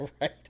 Right